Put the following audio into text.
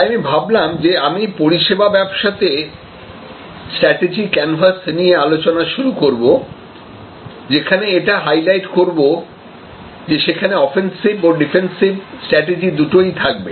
তাই আমি ভাবলাম যে আমি পরিষেবা ব্যবসাতে স্ট্র্যাটেজি ক্যানভাস নিয়ে আলোচনা শুরু করব যেখানে এটা হাইলাইট করব যে সেখানে অফেন্সিভ ও ডিফেন্সিভ স্ট্র্যাটেজি দুটোই থাকবে